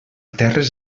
terres